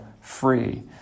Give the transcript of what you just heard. free